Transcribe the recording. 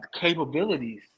capabilities